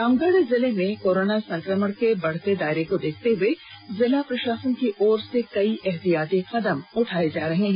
रामगढ़ जिले में कोरोना संक्रमण के बढ़ते दायरे को देखते हुए जिला प्रशासन की ओर से कई एहतियाती कदम उठाए जा रहे हैं